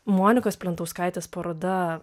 monikos plentauskaitės paroda